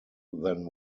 than